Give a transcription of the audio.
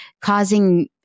causing